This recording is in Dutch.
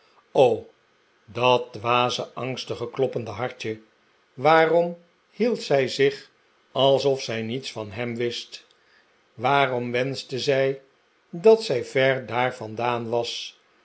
dat dwaze angstig kloppende hartje waarom hield zij zich alsof zij niets van hem wist waarom wenschte zij dat zij ver daar vandaan was